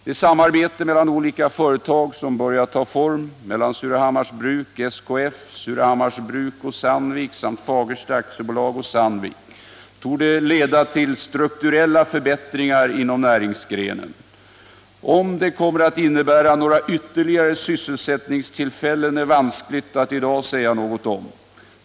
Det samarbete mellan olika företag som börjar ta form mellan Surahammars Bruks AB och SKF, Surahammars Bruks AB och Sandvik AB samt Fagersta AB och Sandvik AB torde leda till strukturella förbättringar inom näringsgrenen. Huruvida det kommer att innebära några ytterligare sysselsättningstillfällen är det i dag vanskligt att säga något om.